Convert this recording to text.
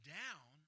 down